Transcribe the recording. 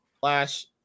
Flash